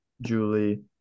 Julie